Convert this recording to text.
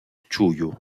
чую